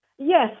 Yes